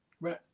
right